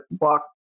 walk